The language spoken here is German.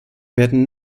werden